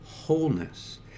wholeness